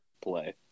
play